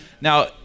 Now